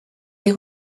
des